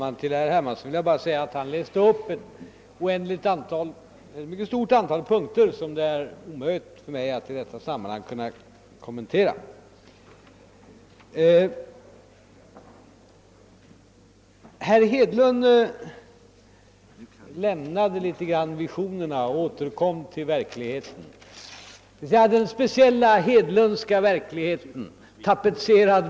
Får inte vi i oppositionen kritisera längre?